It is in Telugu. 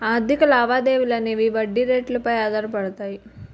ఆర్థిక లావాదేవీలు అనేవి వడ్డీ రేట్లు పై ఆధారపడతాయి